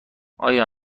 آیا